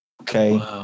okay